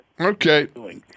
Okay